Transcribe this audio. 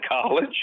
College